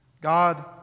God